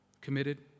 committed